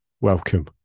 welcome